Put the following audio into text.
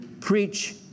preach